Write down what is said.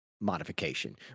modification